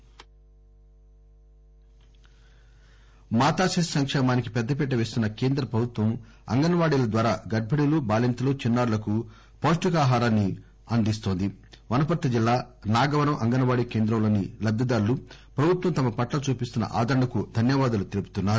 Covid Wanaparthy మాతా శిశు సంక్షేమానికి పెద్ద పీట పేస్తున్న కేంద్ర ప్రభుత్వం అంగన్వాడీల ద్వారా గర్బిణీలు బాలింతలు చిన్నారులకు పాష్టికాహారాన్ని వనపర్తి జిల్లా నాగవరం అంగన్నాడి కేంద్రంలోని లబ్లిదారులు ప్రభుత్వం తమ పట్ల చూపిస్తున్న ఆదరణకు ధన్యవాదాలు తెలుపుతున్నారు